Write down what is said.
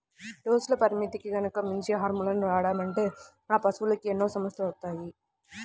డోసుల పరిమితికి గనక మించి హార్మోన్లను వాడామంటే ఆ పశువులకి ఎన్నో సమస్యలొత్తాయి